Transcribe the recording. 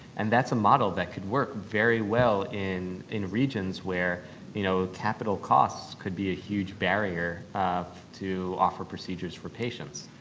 and that's a model that could work very well in in regions where you know capital costs could be a huge barrier to offer procedures for patients.